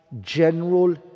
general